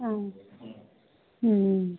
অঁ